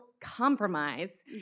compromise